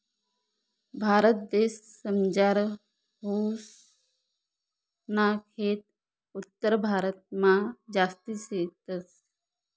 भारतदेसमझार ऊस ना खेत उत्तरभारतमा जास्ती शेतस